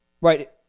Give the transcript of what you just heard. Right